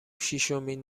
شیشمین